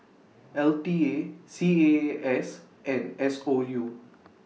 L T A C A A S and S O U